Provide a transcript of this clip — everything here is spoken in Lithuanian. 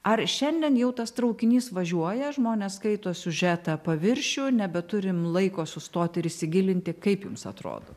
ar šiandien jau tas traukinys važiuoja žmonės skaito siužetą paviršių nebeturim laiko sustot ir įsigilinti kaip jums atrodo